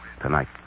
Tonight